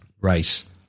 race